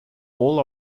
all